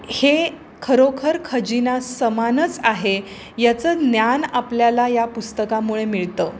हे खरोखर खजिनासमानच आहे याचं ज्ञान आपल्याला या पुस्तकामुळे मिळतं